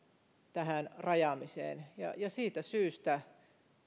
tähän rajaamiseen siitä syystä